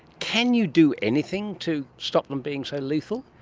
can you do anything to stop them being so lethal?